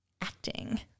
Acting